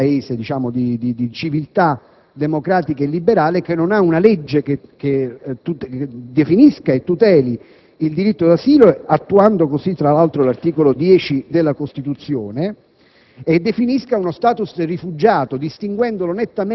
perché siamo forse l'unico Paese di civiltà democratica e liberale che non ha una legge che definisca e tuteli sia il diritto d'asilo, attuando fra l'altro l'articolo 10 della Costituzione,